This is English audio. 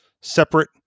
separate